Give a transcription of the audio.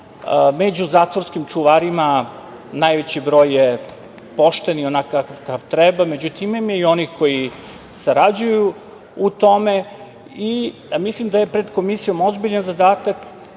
Među zatvorskim čuvarima najveći broj je pošten i onakav kakav treba da bude, međutim, ima i onih koji sarađuju u tome. Mislim da je pred komisijom ozbiljan zadatak